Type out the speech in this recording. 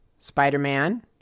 Spider-Man